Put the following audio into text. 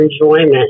enjoyment